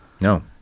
No